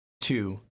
Two